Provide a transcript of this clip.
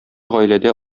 гаиләдә